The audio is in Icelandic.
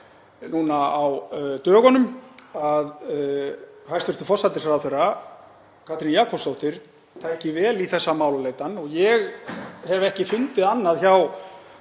núna á dögunum að hæstv. forsætisráðherra Katrín Jakobsdóttir taki vel í þessa málaleitan og ég hef ekki fundið annað hjá